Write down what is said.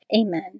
Amen